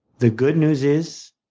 the good news is,